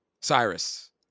cyrus